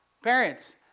Parents